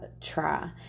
try